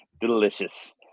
Delicious